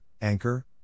anchor